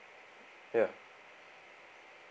ya